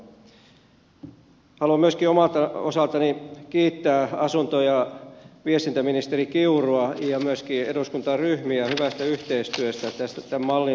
haluan myöskin omalta osaltani kiittää asunto ja viestintäministeri kiurua ja myöskin eduskuntaryhmiä hyvästä yhteistyöstä tämän mallin luomisesta